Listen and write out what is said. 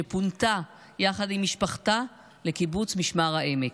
שפונתה יחד עם משפחתה לקיבוץ משמר העמק.